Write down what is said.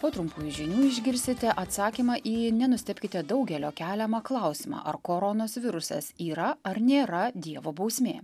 po trumpųjų žinių išgirsite atsakymą į nenustebkite daugelio keliamą klausimą ar koronos virusas yra ar nėra dievo bausmė